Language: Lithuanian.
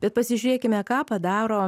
bet pasižiūrėkime ką padaro